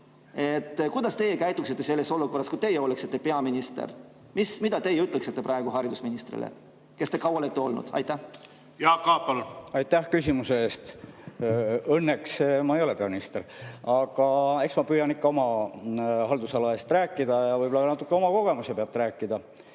Kuidas teie käituksite selles olukorras, kui teie oleksite peaminister? Ja mida te ütleksite praegu haridusministrile, kes te olete ka olnud? Jaak Aab, palun! Jaak Aab, palun! Aitäh küsimuse eest! Õnneks ma ei ole peaminister, aga eks ma püüan ikka oma haldusala eest rääkida ja võib-olla ka natuke oma kogemuse pealt rääkida.